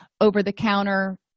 over-the-counter